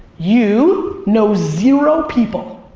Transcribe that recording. you know zero people,